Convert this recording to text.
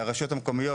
הרשויות המקומיות,